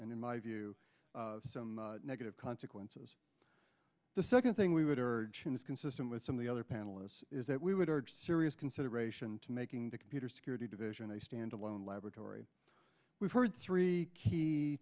and in my view some negative consequences the second thing we would urge is consistent with some of the other panelists is that we would urge serious consideration to making the computer security division a standalone laboratory we've heard three key